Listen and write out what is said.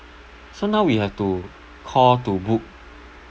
so now we have to call to book